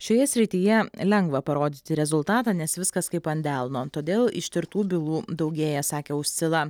šioje srityje lengva parodyti rezultatą nes viskas kaip ant delno todėl ištirtų bylų daugėja sakė uscila